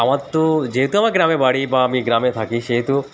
আমার তো যেহেতু আমার গ্রামে বাড়ি বা আমি গ্রামে থাকি সেহেতু